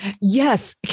Yes